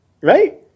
Right